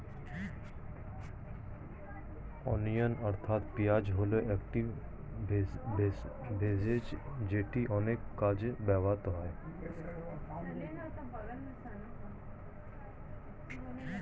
onion অর্থাৎ পেঁয়াজ হল একটি ভেষজ যেটি অনেক কাজে ব্যবহৃত হয়